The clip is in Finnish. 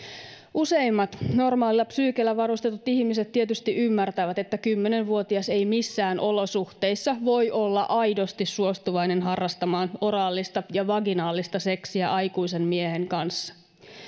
useimmat normaalilla psyykellä varustetut ihmiset tietysti ymmärtävät että kymmenen vuotias ei missään olosuhteissa voi olla aidosti suostuvainen harrastamaan oraalista ja vaginaalista seksiä aikuisen miehen kanssa